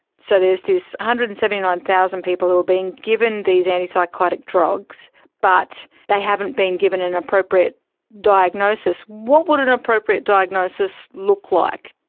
so there's this one hundred and seventy nine thousand people who are being given these antipsychotic drugs but they haven't been given an appropriate diagnosis. what would an appropriate diagnosis look like?